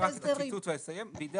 רק את הציטוט ואסיים.